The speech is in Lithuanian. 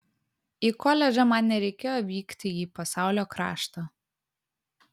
į koledžą man nereikėjo vykti į pasaulio kraštą